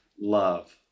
love